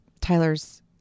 Tyler's